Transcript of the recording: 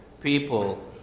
people